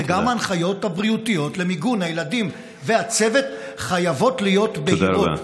וגם ההנחיות הבריאותיות למיגון הילדים והצוות חייבות להיות בהירות.